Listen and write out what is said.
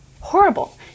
horrible